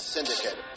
Syndicate